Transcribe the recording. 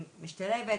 היא משתלבת,